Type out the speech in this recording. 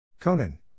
Conan